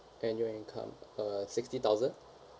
annual income uh sixty thousand